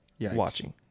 watching